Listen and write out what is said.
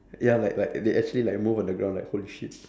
ya like like they actually like move on the ground like holy shit